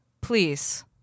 please